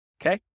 Okay